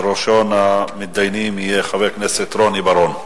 ראשון המתדיינים יהיה חבר הכנסת רוני בר-און.